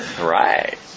Right